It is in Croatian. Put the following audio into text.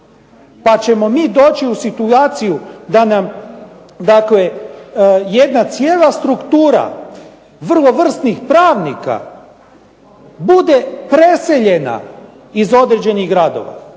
Pa ćemo mi doći u situaciju da nam jedna cijela struktura vrlo vrsnik pravnika bude preseljena iz određenih gradova,